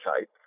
type